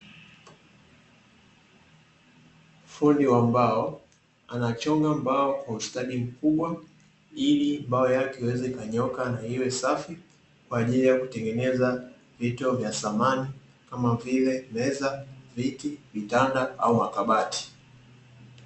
Fundi wa mbao anachonga mbao kwa ustadi mkubwa, ili mbao yake iweze ikanyooka na iwe safi, kwa ajili ya kutengeneza vitu vya samani, kama vile meza, viti, vitanda au makabati.